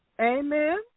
Amen